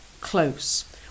close